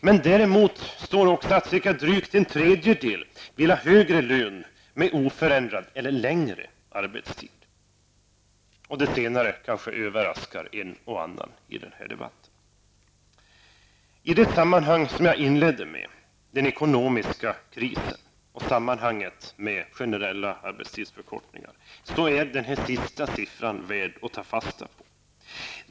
Det framgår däremot också att ca en tredjedel vill ha högre lön med oförändrad eller längre arbetstid. Det sistnämnda kanske överraskar en och annan i den här debatten. I det sammanhang som jag inledde med den ekonomiska krisen, och sammanhanget med generella arbetstidsförkortningar, är den här siffran värd att ta fasta på.